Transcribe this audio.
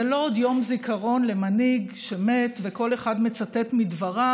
זה לא עוד יום זיכרון למנהיג שמת וכל אחד מצטט מדבריו